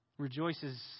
Rejoices